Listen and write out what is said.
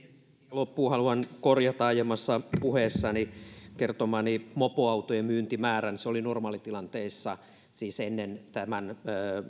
loppuun haluan korjata aiemmassa puheessani kertomani mopoautojen myyntimäärän niin että jää pöytäkirjaan oikea luku se oli normaalitilanteessa siis ennen tämän